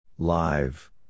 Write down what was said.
Live